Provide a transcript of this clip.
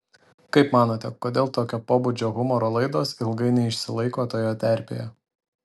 kaip manote kodėl tokio pobūdžio humoro laidos ilgai neišsilaiko toje terpėje